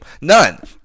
None